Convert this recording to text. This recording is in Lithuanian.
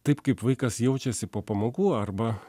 taip kaip vaikas jaučiasi po pamokų arba